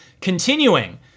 continuing